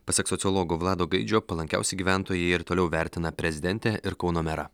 pasak sociologo vlado gaidžio palankiausiai gyventojai ir toliau vertina prezidentę ir kauno merą